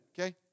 okay